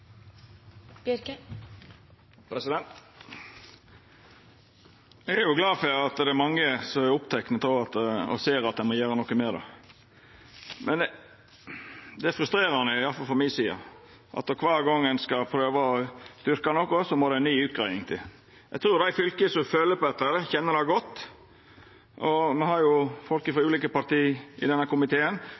glad for at det er mange som er opptekne av og ser at ein må gjera noko med det. Men det er frustrerande, iallfall sett frå mi side, at kvar gong ein skal prøva å styrkja noko, må det ei ny utgreiing til. Eg trur dei fylka som føler på dette, kjenner det godt. Me har i denne komiteen folk frå ulike parti